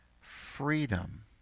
freedom